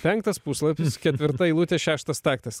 penktas puslapis ketvirta eilutė šeštas taktas